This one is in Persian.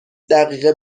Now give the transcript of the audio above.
دقیقه